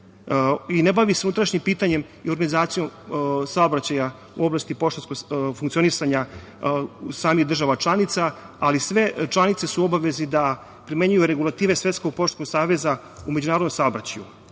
i ne bavi se unutrašnjim pitanje i organizacijom saobraćaja u oblasti poštanskog funkcionisanja samih država članica, ali sve članice su u obavezi da primenjuju regulative Svetskog poštanskog saveza u međunarodnom saobraćaju. Osnovni